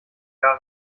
gar